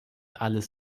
alles